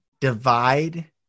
divide